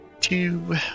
Two